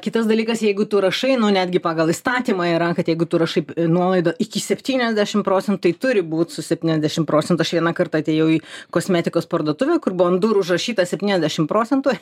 kitas dalykas jeigu tu rašai netgi pagal įstatymą yra kad jeigu tu rašai nuolaidą iki septyniasdešimt procen tai turi būt su septyniasdešimt procentų aš vieną kartą atėjau į kosmetikos parduotuvę kur buvo ant durų užrašyta septyniasdešimt procentų